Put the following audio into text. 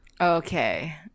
Okay